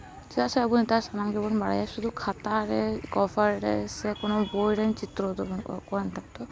ᱪᱮᱫᱟᱜ ᱥᱮ ᱟᱵᱚ ᱱᱮᱛᱟᱨ ᱥᱟᱱᱟᱢ ᱜᱮᱵᱚᱱ ᱵᱟᱲᱟᱭᱟ ᱥᱩᱫᱷᱩ ᱠᱷᱟᱛᱟᱨᱮ ᱠᱚᱵᱷᱟᱨ ᱨᱮ ᱥᱮ ᱠᱳᱱᱳ ᱵᱳᱭ ᱨᱮᱱ ᱪᱤᱛᱛᱨᱚ ᱫᱚ ᱵᱟᱹᱱᱩᱜ ᱠᱟᱜ ᱠᱚᱣᱟ ᱱᱮᱛᱟᱨ